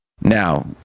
Now